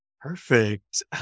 Perfect